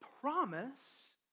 promise